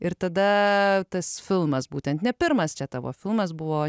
ir tada tas filmas būtent ne pirmas čia tavo filmas buvo